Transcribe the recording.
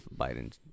Biden